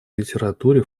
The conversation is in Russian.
литературе